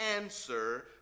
answer